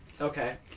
okay